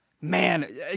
man